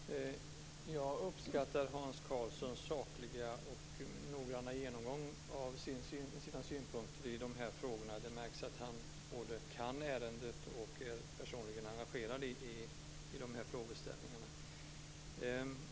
Fru talman! Jag uppskattar Hans Karlssons sakliga och noggranna genomgång av sina synpunkter i dessa frågor. Det märks att han både kan ärendet och att han personligen är engagerad i frågorna.